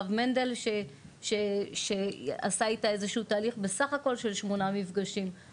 הרב מנדל שעשה איתה איזשהו תהליך בסך הכל של שמונה מפגשים.